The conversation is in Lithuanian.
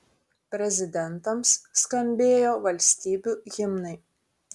prezidentams skambėjo valstybių himnai